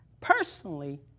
Personally